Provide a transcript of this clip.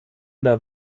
der